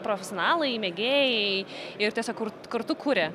profesionalai mėgėjai ir tiesiog kartu kuria